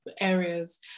areas